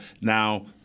now